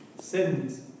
Sins